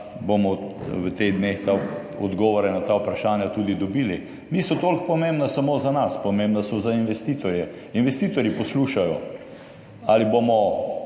bomo v teh dneh odgovore na ta vprašanja tudi dobili. Niso tako pomembna samo za nas, pomembna so za investitorje. Investitorji poslušajo,